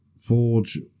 forge